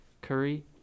Curry